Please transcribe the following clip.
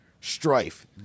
strife